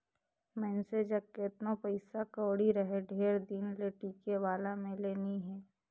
मइनसे जग केतनो पइसा कउड़ी रहें ढेर दिन ले टिके वाला में ले नी हे